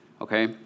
okay